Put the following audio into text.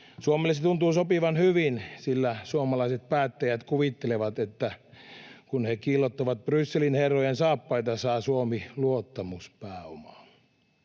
Suomelle se tuntuu sopivan hyvin, sillä suomalaiset päättäjät kuvittelevat, että kun he kiillottavat Brysselin herrojen saappaita, saa Suomi luottamuspääomaa.